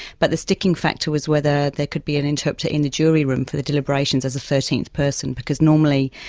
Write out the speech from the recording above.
but the sticking factor was whether there could be an interpreter in the jury room for the deliberations as a thirteenth person because, normally,